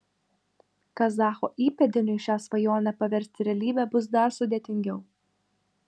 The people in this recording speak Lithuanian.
kazacho įpėdiniui šią svajonę paversti realybe bus dar sudėtingiau